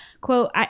Quote